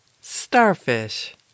Starfish